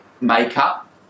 makeup